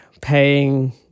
paying